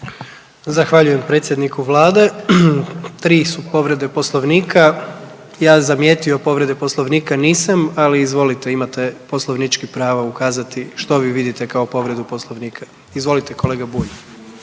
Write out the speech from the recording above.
Zahvaljujem predsjedniku vlade. Tri su povrede poslovnika, ja zamijetio povrede poslovnika nisam, ali izvolite imate poslovničko pravo ukazati što vi vidite kao povredu poslovnika. Izvolite kolega Bulj.